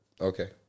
Okay